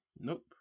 nope